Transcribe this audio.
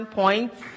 points